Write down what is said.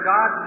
God